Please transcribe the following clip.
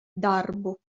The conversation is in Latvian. darbu